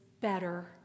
better